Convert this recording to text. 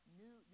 new